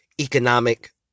economic